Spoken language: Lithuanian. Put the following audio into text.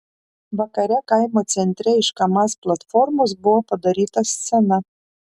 vakare kaimo centre iš kamaz platformos buvo padaryta scena